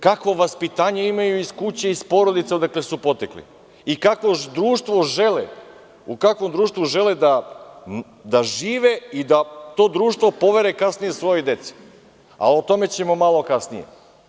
Kakvo vaspitanje imaju iz kuće, iz porodice odakle su potekli i u kakvom društvu žele da žive i da to društvo povere kasnije svojoj deci, o tome ćemo malo kasnije.